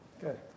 Good